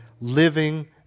living